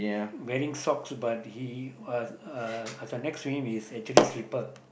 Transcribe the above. wearing socks but he uh uh next to him actually slipper